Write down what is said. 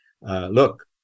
look